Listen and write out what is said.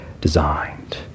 designed